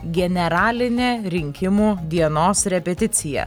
generalinė rinkimų dienos repeticija